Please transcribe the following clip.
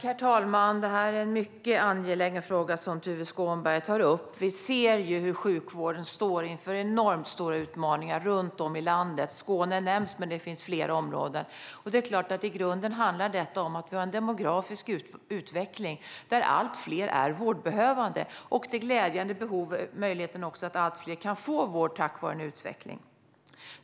Herr talman! Det är en mycket angelägen fråga som Tuve Skånberg tar upp. Vi ser hur sjukvården står inför enormt stora utmaningar runt om i landet. Skåne nämndes, men det finns flera områden. I grunden handlar detta om att vi har en demografisk utveckling där allt fler är vårdbehövande, men det är glädjande att allt fler kan få vård tack vare utvecklingen.